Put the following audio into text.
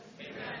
Amen